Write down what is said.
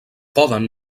poden